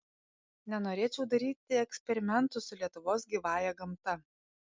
nenorėčiau daryti eksperimentų su lietuvos gyvąja gamta